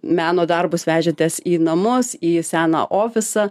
meno darbus vežėtės į namus į seną ofisą